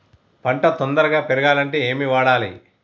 పంట తొందరగా పెరగాలంటే ఏమి వాడాలి?